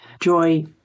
joy